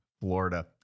Florida